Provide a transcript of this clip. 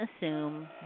assume